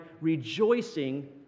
rejoicing